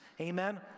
Amen